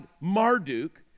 Marduk